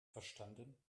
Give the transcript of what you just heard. verstanden